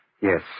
Yes